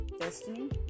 destiny